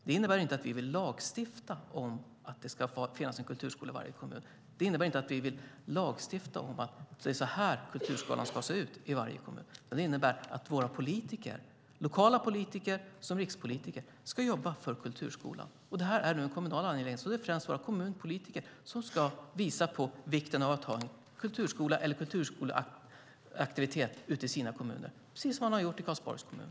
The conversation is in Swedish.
Det innebär inte att vi vill lagstifta om att det ska finnas en kulturskola i varje kommun. Det innebär inte att vi vill lagstifta om hur kulturskolan ska se ut i varje kommun. Men det innebär att våra lokala politiker och rikspolitiker ska jobba för kulturskolan. Detta är en kommunal angelägenhet, och det är därför främst våra kommunpolitiker som ska visa på vikten av att ha en kulturskola eller kulturskoleaktivitet ute i sina kommuner, precis som man har gjort i Karlsborgs kommun.